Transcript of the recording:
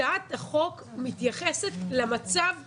אבל הצעת החוק מתייחסת למצב הקיים.